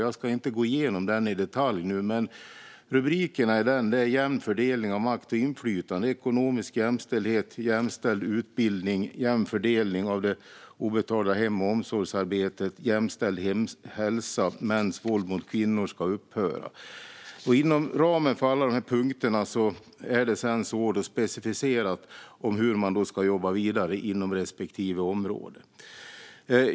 Jag ska inte gå igenom den i detalj nu, men rubrikerna är: jämn fördelning av makt och inflytande, ekonomisk jämställdhet, jämställd utbildning, jämn fördelning av det obetalda hem och omsorgsarbetet, jämställd hälsa och mäns våld mot kvinnor ska upphöra. Inom ramen för alla de här punkterna är det sedan specificerat hur man ska jobba vidare inom respektive område.